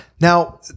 Now